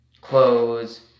clothes